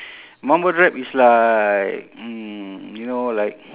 mumble rap is like mm you know like